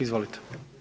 Izvolite.